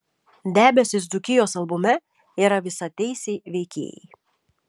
debesys dzūkijos albume yra visateisiai veikėjai